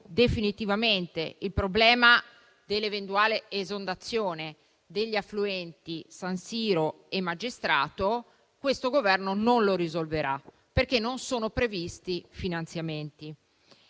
definitivamente il problema dell'eventuale esondazione degli affluenti San Siro e Magistrato, questo Governo non risolverà il problema, perché non sono previsti finanziamenti.